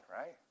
right